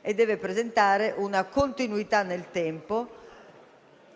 e deve presentare una continuità nel tempo